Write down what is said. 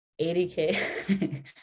80K